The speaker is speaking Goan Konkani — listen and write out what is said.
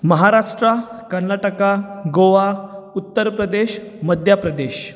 महाराष्ट्रा कर्नाटका गोवा उत्तरप्रदेश मध्यप्रदेश